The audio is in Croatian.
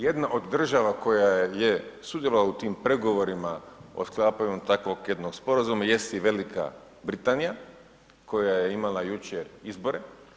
Jedna od država koja je sudjelovala u tim pregovorima o sklapanju takvog jednog sporazuma jest i Velika Britanija koja je imala jučer izbore.